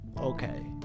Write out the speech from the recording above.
Okay